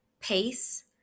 pace